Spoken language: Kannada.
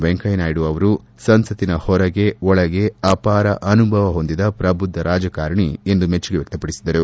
ವೆಂಕಯ್ಯ ನಾಯ್ಡು ಅವರು ಸಂಸತ್ತಿನ ಹೊರಗೆ ಒಳಗೆ ಅಪಾರ ಅನುಭವ ಹೊಂದಿದ ಪ್ರಬುದ್ದ ರಾಜಕಾರಣಿ ಎಂದು ಮೆಚ್ಚುಗೆ ವ್ಲಕ್ತಪಡಿಸಿದರು